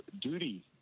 duty